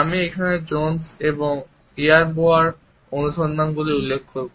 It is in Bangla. আমি এখানে জোনস এবং ইয়ারবোরোর অনুসন্ধানগুলি উল্লেখ করব